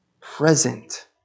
present